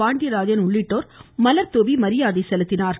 பாண்டியராஜன் உள்ளிட்டோர் மலர் தூவி மரியாதை செலுத்தினார்கள்